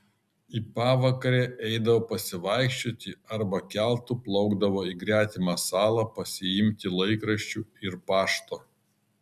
į pavakarę eidavo pasivaikščioti arba keltu plaukdavo į gretimą salą pasiimti laikraščių ir pašto